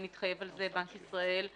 בנק ישראל,